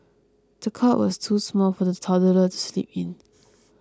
the cot was too small for the toddler to sleep in